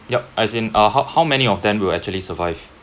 yup as in uh how how many of them will actually survive